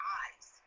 eyes